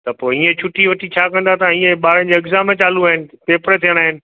त पोइ ईअं छुटी वठी छा कंदा तव्हां हींअर ॿारनि जा एग्जाम चालू आहिनि पेपर थियणा आहिनि